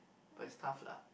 but is tough lah